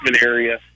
area